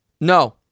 No